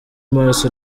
mars